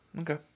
okay